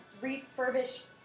refurbished